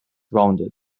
rounded